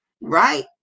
right